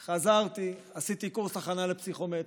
חזרתי, עשיתי קורס הכנה לפסיכומטרי,